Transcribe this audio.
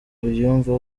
unyumva